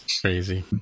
Crazy